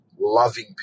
loving